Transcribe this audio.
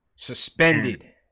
Suspended